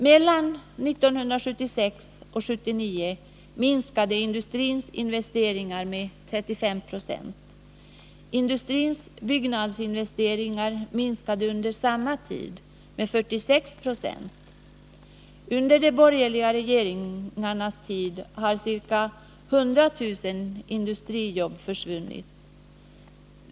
Mellan 1976 och 1979 minskade industrins investeringar med 35 90. Industrins byggnadsinvesteringar minskade under samma tid med 46 96. Under de borgerliga regeringarnas tid har ca 100 000 industrijobb försvunnit.